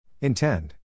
Intend